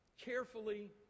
carefully